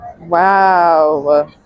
Wow